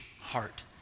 heart